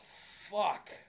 fuck